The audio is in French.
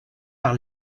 par